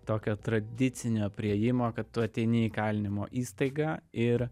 tokio tradicinio priėjimo kad tu ateini į kalinimo įstaigą ir